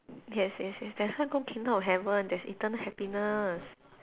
yes yes yes that's why go kingdom of heaven there's eternal happiness